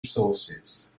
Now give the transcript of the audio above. sources